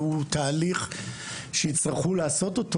והוא תהליך שיצטרכו לעשות אותו.